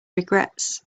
regrets